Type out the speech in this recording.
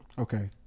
okay